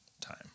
time